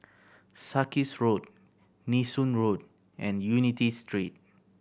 Sarkies Road Nee Soon Road and Unity Street